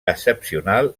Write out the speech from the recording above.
excepcional